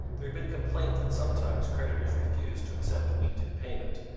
there had been complaints that sometimes creditors refused to accept wheat in payment,